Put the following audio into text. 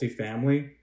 multifamily